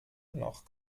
noch